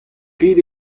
ket